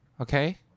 Okay